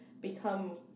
become